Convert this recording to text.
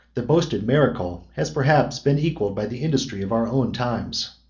the boasted miracle has perhaps been equalled by the industry of our own times.